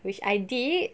which I did